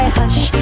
hush